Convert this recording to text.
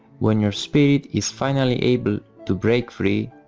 when your spirit is finally able to break free,